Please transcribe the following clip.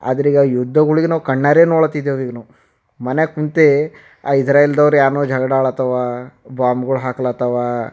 ಆದರೀಗ ಯುದ್ಧಗಳಿಗ್ ನಾವು ಕಣ್ಣಾರೆ ನೋಡ್ಲತ್ತಿದ್ದೆವು ಈಗ ನಾವು ಮನ್ಯಾಗ ಕೂತೇ ಆ ಇಜ಼್ರೆಲ್ದೋರು ಯಾರನೋ ಝಗ್ಡಾ ಆಡ್ಲತ್ತವ ಬಾಂಬ್ಗಳು ಹಾಕ್ಲತ್ತವ